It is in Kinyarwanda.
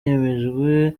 yemejwe